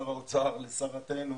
לשר האוצר ולשרה שלנו